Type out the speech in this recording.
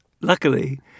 luckily